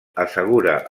assegura